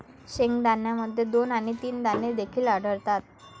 शेंगदाण्यामध्ये दोन आणि तीन दाणे देखील आढळतात